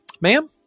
ma'am